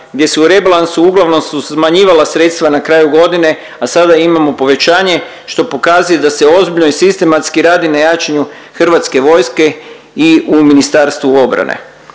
gdje su u rebalansu uglavnom smanjivala sredstva na kraju godine, a sada imamo povećanje što pokazuje da se ozbiljno i sistematski radi na jačanju hrvatske vojske i u Ministarstvu obrane.